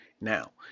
Now